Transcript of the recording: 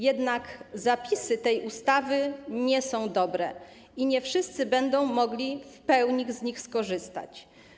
Jednak zapisy tej ustawy nie są dobre i nie wszyscy będą mogli w pełni z nich skorzystać.